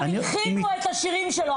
הלחינו את השירים שלו,